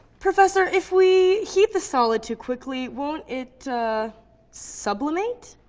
professor, if we heat the solid too quickly, won't it sublimate?